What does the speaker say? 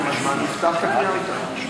הבטחת וקיימת,